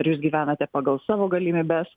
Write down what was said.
jūs gyvenate pagal savo galimybes